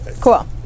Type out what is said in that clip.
Cool